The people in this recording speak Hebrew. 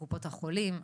קופות החולים,